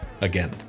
Again